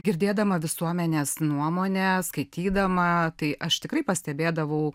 girdėdama visuomenės nuomonę skaitydama tai aš tikrai pastebėdavau